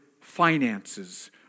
finances